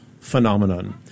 phenomenon